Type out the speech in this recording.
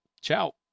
Ciao